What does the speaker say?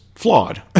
Flawed